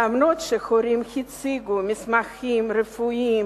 אף-על-פי שההורים הציגו מסמכים רפואיים